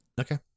okay